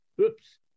oops